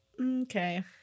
Okay